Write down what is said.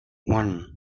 one